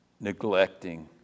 neglecting